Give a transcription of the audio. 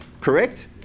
correct